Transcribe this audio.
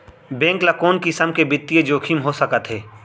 Bank ल कोन किसम के बित्तीय जोखिम हो सकत हे?